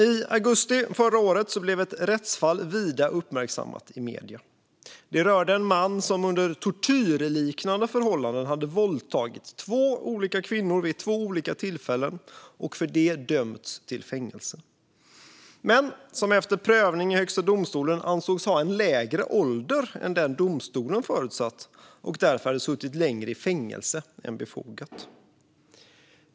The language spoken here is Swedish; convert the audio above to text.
I augusti förra året blev ett rättsfall vida uppmärksammat i medierna. Det rörde en man som under tortyrliknande förhållanden hade våldtagit två olika kvinnor vid två olika tillfällen och för det dömts till fängelse. Men efter prövning i Högsta domstolen ansågs han ha en lägre ålder än domstolen hade förutsatt och hade därför suttit längre i fängelse än befogat.